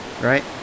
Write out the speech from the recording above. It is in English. right